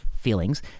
feelings